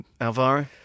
Alvaro